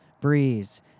breeze